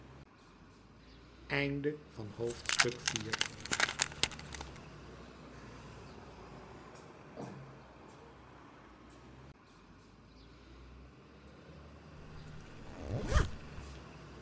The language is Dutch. voldoening van het